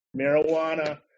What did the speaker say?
Marijuana